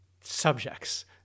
subjects